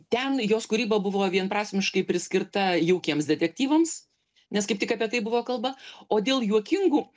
ten jos kūryba buvo vienprasmiškai priskirta jaukiems detektyvams nes kaip tik apie tai buvo kalba o dėl juokingų